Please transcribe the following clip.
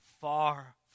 far